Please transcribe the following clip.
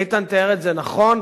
איתן תיאר את זה נכון,